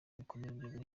gikomere